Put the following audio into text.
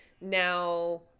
Now